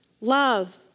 love